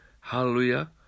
Hallelujah